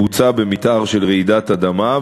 בוצע במתאר של רעידת אדמה,